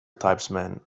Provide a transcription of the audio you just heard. tribesman